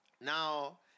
now